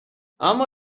اما